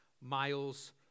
miles